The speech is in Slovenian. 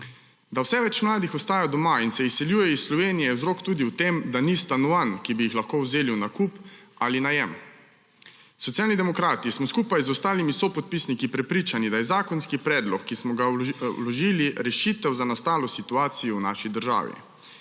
Da vse več mladih ostaja doma in se izseljuje iz Slovenije, je vzrok tudi to, da ni stanovanj, ki bi jih lahko kupili ali vzeli v najem. Socialni demokrati smo skupaj z ostalimi sopodpisniki prepričani, da je zakonski predlog, ki smo ga vložili, rešitev za nastalo situacijo v naši državi.